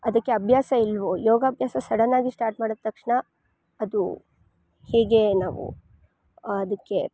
ಅದಕ್ಕೆ ಅಭ್ಯಾಸ ಇಲ್ವೋ ಯೋಗಾಭ್ಯಾಸ ಸಡನ್ನಾಗಿ ಸ್ಟಾರ್ಟ್ ಮಾಡಿದ ತಕ್ಷಣ ಅದು ಹೇಗೆ ನಾವು ಅದಕ್ಕೆ